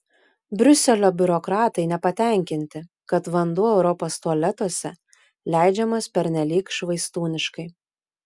briuselio biurokratai nepatenkinti kad vanduo europos tualetuose leidžiamas pernelyg švaistūniškai